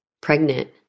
pregnant